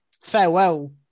farewell